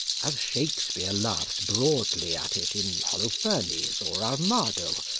as shakespeare laughs broadly at it in holofernes or armado,